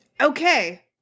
Okay